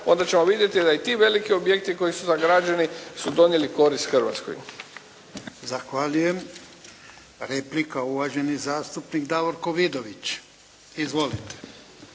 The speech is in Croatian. onda ćemo vidjeti da i ti veliki objekti koji su sagrađeni su donijeli korist Hrvatskoj. **Jarnjak, Ivan (HDZ)** Zahvaljujem. Replika, uvaženi zastupnik Davorko Vidović. Izvolite.